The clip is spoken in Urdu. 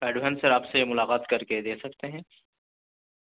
ایڈوانس سر آپ سے یہ ملاقات کر کے دے سکتے ہیں